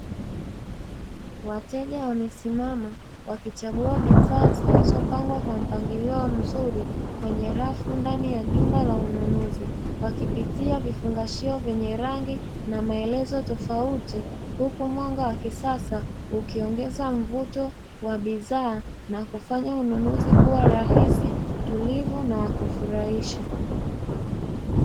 Wateja wamesimama wakichagua bidhaa zilizopangwa kwa mpangilio mzuri kwenye rafu ndani ya jumba la ununuzi. Wakipitia vifungashio vyenye rangi na maelezo tofauti, huku mwanga wa kisasa ukiongeza mvuto wa bidhaa, na kufanya ununuzi kuwa rahisi, tulivu na wakufurahisha.